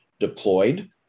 deployed